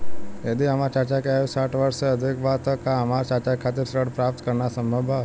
यदि हमार चाचा के आयु साठ वर्ष से अधिक बा त का हमार चाचा के खातिर ऋण प्राप्त करना संभव बा?